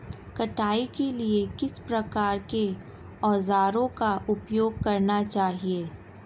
कटाई के लिए किस प्रकार के औज़ारों का उपयोग करना चाहिए?